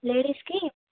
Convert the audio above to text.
లేడీస్కి